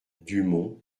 dumont